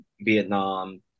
Vietnam